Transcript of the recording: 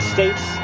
States